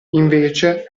invece